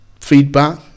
feedback